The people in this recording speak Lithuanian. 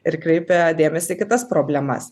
ir kreipia dėmesį į kitas problemas